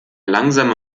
langsame